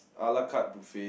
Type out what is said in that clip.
ala-carte buffet